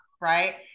Right